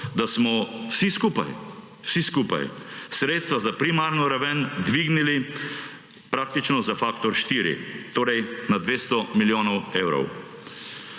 da smo vsi skupaj sredstva za primarno raven dvignili praktično za faktor 4, torej na 200 milijonov evrov.